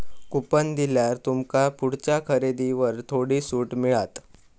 coupon दिल्यार तुमका पुढच्या खरेदीवर थोडी सूट मिळात